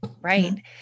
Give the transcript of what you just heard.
Right